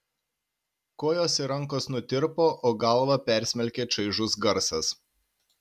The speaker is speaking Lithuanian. kojos ir rankos nutirpo o galvą persmelkė čaižus garsas